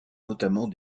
notamment